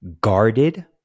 guarded